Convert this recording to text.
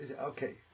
Okay